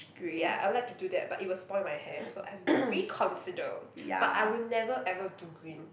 ya I would like to do that but it will spoil my hair so I have to reconsider but I will never ever do green